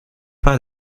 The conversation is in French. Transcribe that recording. pas